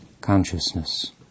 consciousness